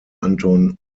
anton